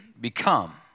become